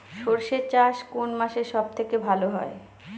সর্ষে চাষ কোন মাসে সব থেকে ভালো হয়?